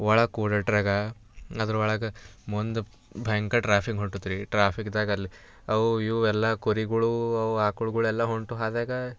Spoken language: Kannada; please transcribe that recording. ಒಳಗೆ ಕೂಡಟ್ಟರಗ ಅದ್ರ ಒಳಗೆ ಒಂದು ಭಯಂಕರ ಟ್ರಾಫಿಕ್ ಹೊಂಟತ್ರೀ ಟ್ರಾಫಿಕ್ದಾಗ ಅಲ್ಲಿ ಅವು ಇವು ಎಲ್ಲ ಕುರಿಗಳು ಅವು ಆಕಳ್ಗಳೆಲ್ಲ ಹೊರಟು ಹಾದಿಯಾಗಾ